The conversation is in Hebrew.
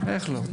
איך לא?